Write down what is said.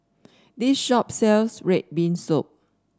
this shop sells red bean soup